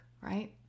right